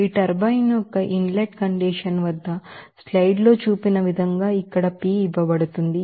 ఈ టర్బైన్ యొక్క inlet condition వద్ద స్లైడ్ లో చూపించిన విధంగా ఇక్కడ Pఇవ్వబడింది